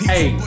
Hey